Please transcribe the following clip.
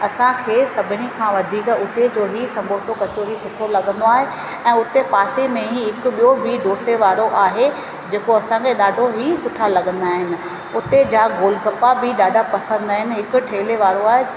असांखे सभिनी खां वधीक उते जो ई संबोसो ऐं कचोड़ी सुठो लॻंदो आहे ऐं उते पासे में ई हिकु ॿियो बि डोसे वारो आहे जेको असांखे ॾाढो ई सुठा लॻंदा आहिनि उते जा गोल गप्पा बि ॾाढा पसंदि आहिनि हिकु ठेले वारो आहे